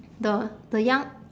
the the young